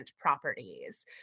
properties